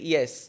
Yes